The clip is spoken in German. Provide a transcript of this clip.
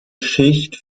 schicht